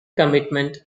commitment